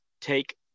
take